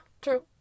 true